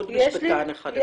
כי זה לא הוגן.